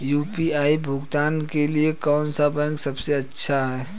UPI भुगतान के लिए कौन सा बैंक सबसे अच्छा है?